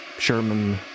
Sherman